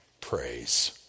Praise